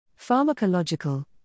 Pharmacological